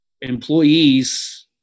employees